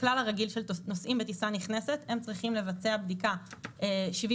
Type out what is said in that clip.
הכלל הרגיל בנוסעים בטיסה נכנסת: הם צריכים לבצע בדיקה 72